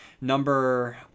Number